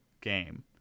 game